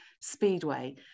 Speedway